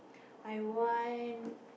I want